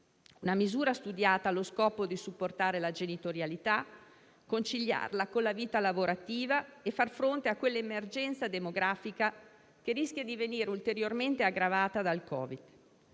è stata studiata allo scopo di supportare la genitorialità, conciliarla con la vita lavorativa e far fronte a quell'emergenza demografica, che rischia di venire ulteriormente aggravata dal Covid.